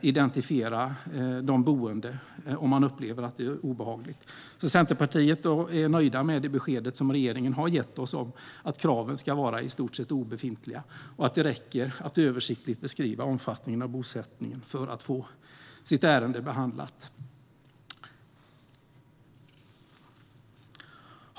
identifiera de boende, om man upplever att det är obehagligt. Från Centerpartiets sida är vi nöjda med det besked som regeringen har gett oss: att kraven ska vara i stort sett obefintliga och att det räcker att översiktligt beskriva omfattningen av bosättningen för att få sitt ärende behandlat.